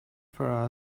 for